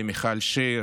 למיכל שיר,